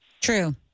True